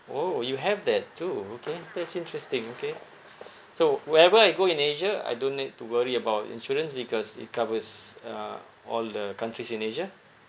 orh you have that too okay that's interesting okay so wherever I go in asia I don't need to worry about insurance because it covers uh all the countries in asia